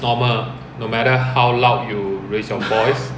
okay lor my own I just do my own stuff